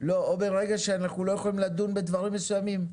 ברגע שאנחנו לא יכולים לדון בדברים מסוימים.